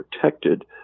protected